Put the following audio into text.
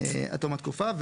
עד תום התקופה.